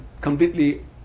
completely